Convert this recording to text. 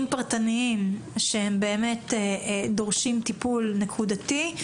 מקרים פרטניים שדורשים טיפול נקודתי,